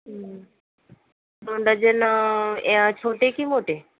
दोन डझन यात छोटे की मोठे